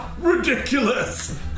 Ridiculous